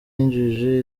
injiji